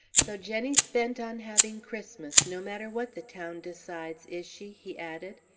so jenny's bent on having christmas, no matter what the town decides, is she? he added,